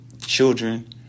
children